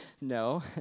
no